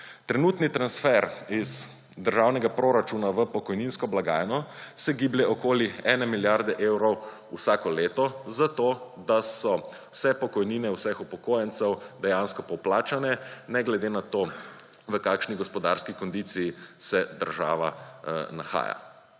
Trenutni transfer iz državnega proračuna v pokojninsko blagajno se giblje okoli ene milijarde evrov vsako leto za to, da so vse pokojnine vseh upokojencev dejansko poplačane, ne glede na to, v kakšni gospodarski kondiciji se država nahaja.